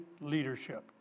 leadership